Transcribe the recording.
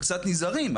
קצת נזהרים,